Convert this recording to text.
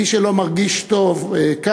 מי שלא מרגיש טוב כאן,